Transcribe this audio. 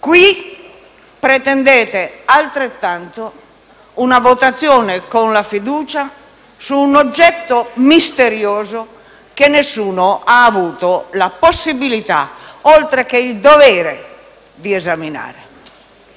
Qui pretendete, allo stesso modo, una votazione con la fiducia su un oggetto misterioso che nessuno ha avuto la possibilità, oltre che il dovere, di esaminare.